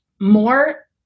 more